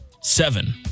seven